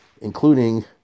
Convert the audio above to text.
including